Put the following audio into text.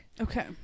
okay